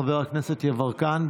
חבר הכנסת יברקן,